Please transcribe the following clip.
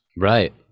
Right